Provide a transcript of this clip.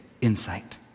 insight